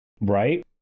Right